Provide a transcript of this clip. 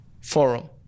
forum